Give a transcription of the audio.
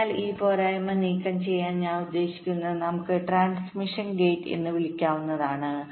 അതിനാൽ ഈ പോരായ്മ നീക്കംചെയ്യാൻ ഞാൻ ഉദ്ദേശിക്കുന്നത് നമുക്ക് ട്രാൻസ്മിഷൻ ഗേറ്റ് എന്ന് വിളിക്കാവുന്നതാണ്